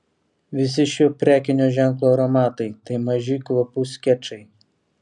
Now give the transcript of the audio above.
visi šio prekinio ženklo aromatai tai maži kvapų skečai